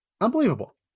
unbelievable